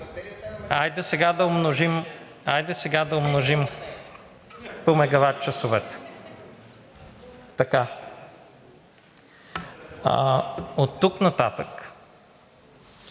Хайде сега да умножим по мегаватчасовете! Оттук нататък